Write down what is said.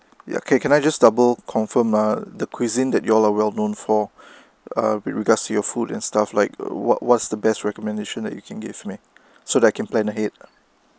ya okay can I just double confirm uh the cuisine that you all are well known for uh with regards to your food and stuff like what what's the best recommendation that you can give me so that I can plan ahead